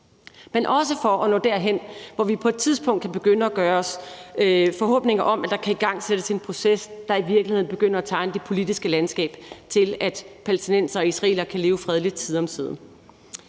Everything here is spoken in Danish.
for at nå derhen, hvor vi på et tidspunkt kan begynde at gøre os forhåbninger om, at der kan igangsættes en proces, der i virkeligheden begynder at tegne det politiske landskab til, at palæstinensere og israelere kan leve fredeligt side om side.